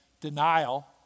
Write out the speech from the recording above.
denial